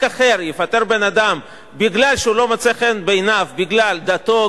אחר יפטר בן-אדם כי הוא לא מוצא חן בעיניו בגלל דתו,